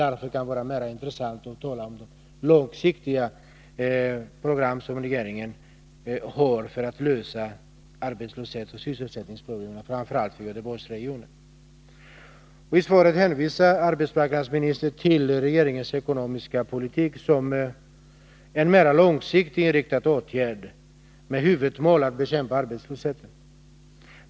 Det kan därför vara mer intressant att tala om det långsiktiga program som regeringen har för att lösa arbetslöshetsoch sysselsättningsproblemen framför allt i Göteborgsregionen. I svaret hänvisar arbetsmarknadsministern till regeringens ekonomiska politik som en mera långsiktigt inriktad åtgärd med huvudmål att bekämpa arbetslösheten.